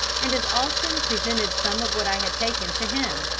and as often presented some of what i had taken to him,